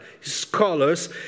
scholars